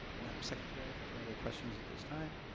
madame secretary, if there's no other questions at this time,